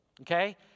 okay